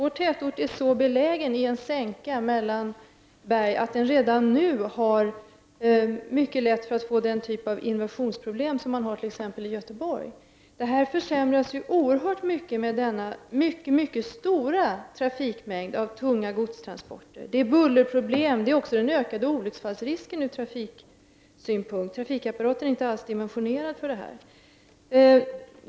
Vår tätort är så belägen i en sänka mellan berg att den redan nu har mycket lätt att få den typ av inversionsproblem som man har i t.ex. Göteborg. Det här försämras oerhört mycket med denna väldiga trafikmängd med tunga godstransporter. Det förorsakar bullerproblem och innebär ökad olycksfallsrisk. Trafikapparaten är inte alls dimensionerad för detta.